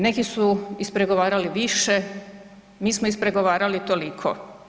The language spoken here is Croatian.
Neki su ispregovarali više, mi smo ispregovarali toliko.